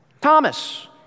Thomas